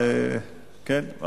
כן,